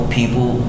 people